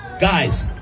guys